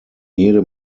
jede